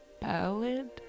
ballad